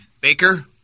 Baker